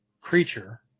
creature